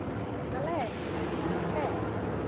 ᱟᱞᱮ ᱱᱚᱛᱮ